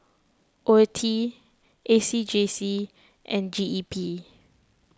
Oeti A C J C and G E P